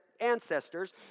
ancestors